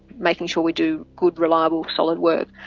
making sure we do good reliable solid work,